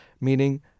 meaning